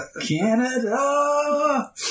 Canada